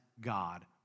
God